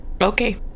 Okay